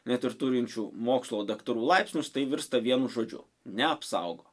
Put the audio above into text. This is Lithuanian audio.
net ir turinčių mokslo daktarų laipsnius tai virsta vienu žodžiu neapsaugo